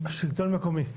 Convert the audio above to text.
השלטון המקומי,